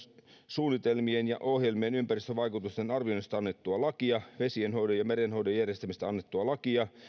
suunnitelmien ja ohjelmien ympäristövaikutusten arvioinnista annettua lakia vesienhoidon ja merenhoidon järjestämisestä annettua lakia